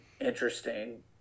interesting